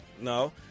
no